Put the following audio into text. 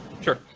sure